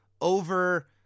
over